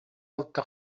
алта